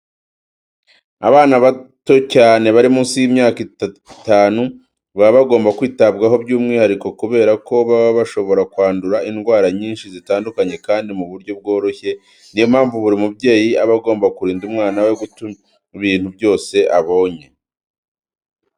Abana bato cyane bari munsi y'imyaka itanu baba bagomba kwitabwaho by'umwihariko kubera ko baba bashobora kwandura indwara nyinshi zitandukanye kandi mu buryo bworoshye. Ni yo mpamvu buri mubyeyi aba agomba kurinda umwana we gutamira ibintu byose abonye.